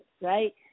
right